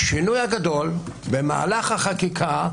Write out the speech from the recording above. השינוי הגדול במהלך החקיקה,